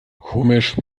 komisch